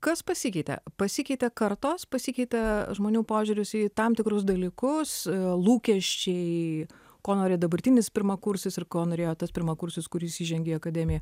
kas pasikeitė pasikeitė kartos pasikeitė žmonių požiūris į tam tikrus dalykus lūkesčiai ko nori dabartinis pirmakursis ir ko norėjo tas pirmakursis kuris įžengė į akademiją